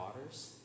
waters